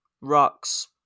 rocks